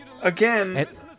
Again